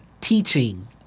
teaching